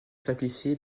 simplifiée